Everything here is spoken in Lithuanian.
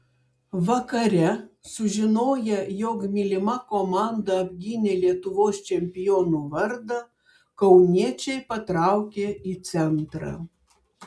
vakare sužinoję jog mylima komanda apgynė lietuvos čempionų vardą kauniečiai patraukė į centrą